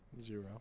Zero